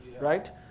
right